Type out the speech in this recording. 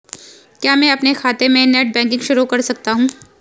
क्या मैं अपने खाते में नेट बैंकिंग शुरू कर सकता हूँ?